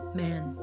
man